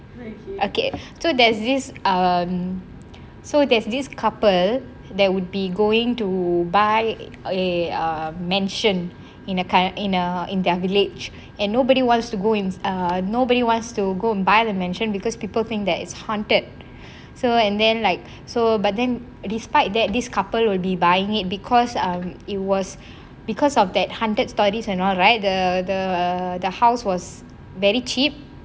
okay there's this um so there's this couple that would be going to buy a err um mention in a err in their village and nobody wants to go err nobody wants to go and buy the mansion because people think that it's hunted so and then like so but then despite that this couple will be buying it because um it was because of that hunted stories and all right the the the house was very cheap